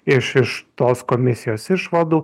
iš iš tos komisijos išvadų